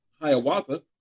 Hiawatha